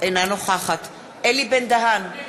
אינה נוכחת אלי בן-דהן,